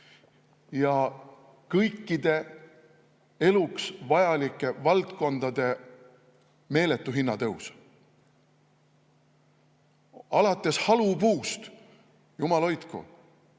ja kõikides eluks vajalikes valdkondades meeletu hinnatõus. Alates halupuust. Jumal hoidku!